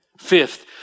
Fifth